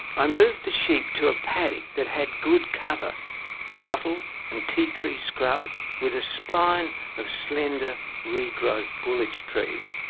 i moved the sheep to a paddock that had good cover wattle and tea-tree scrub with a spine of slender regrowth bullich trees.